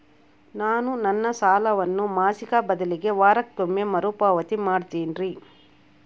ನಾನು ನನ್ನ ಸಾಲವನ್ನು ಮಾಸಿಕ ಬದಲಿಗೆ ವಾರಕ್ಕೊಮ್ಮೆ ಮರುಪಾವತಿ ಮಾಡ್ತಿನ್ರಿ